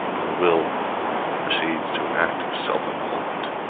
and the will proceeds to an act of self-annulment,